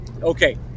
okay